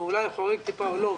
אולי הוא חורג טיפה או לא,